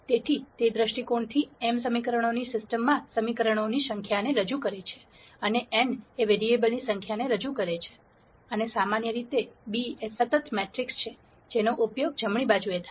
તેથી તે દ્રષ્ટિકોણથી m સમીકરણોની સિસ્ટમમાં સમીકરણોની સંખ્યાને રજૂ કરે છે અને n એ વેરીએબલ્સ ની સંખ્યાને રજૂ કરે છે અને સામાન્ય રીતે b એ સતત મેટ્રિક્સ છે જેનો ઉપયોગ જમણી બાજુ થાય છે